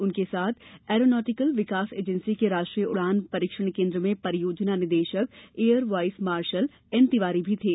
उनके साथ एरोनॉटिकल विकास एजेंसी के राष्ट्रीय उड़ान परिक्षण केन्द्र में परियोजना निदेशक air vice marshal N Tiwari भी थे